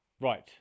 right